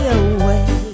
away